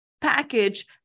package